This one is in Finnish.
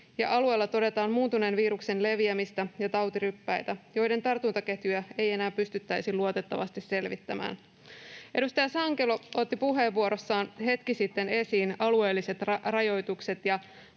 alueella todetaan muuntuneen viruksen leviämistä ja tautiryppäitä, joiden tartuntaketjuja ei enää pystyttäisi luotettavasti selvittämään. Edustaja Sankelo otti puheenvuorossaan hetki sitten esiin alueelliset rajoitukset